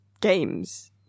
games